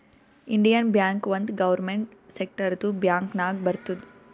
Indian bank ಒಂದ್ government ಸೆಕ್ಟರ್ದು bank ನಾಗ್ ಬರ್ತುದ್